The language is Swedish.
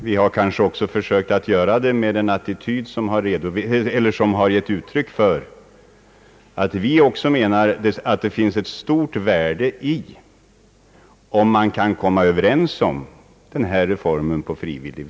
Vi har nog också försökt göra detta med en attityd som gett uttryck för vår uppfattning om det stora värde som ligger i frivilliga överenskommelser om denna reform kommunerna emellan.